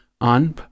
on